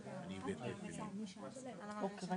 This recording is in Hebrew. ינון, זו